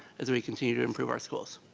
as we continue to improve our schools.